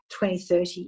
2030